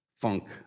funk